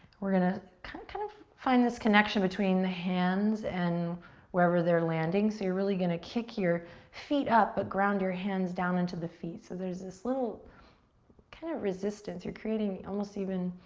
we're gonna kind of kind of find this connection between the hands and wherever they're landing. so you're really gonna kick your feet up but ground your hands down into the feet. so there's this little kind of resistance. you're creating, almost even,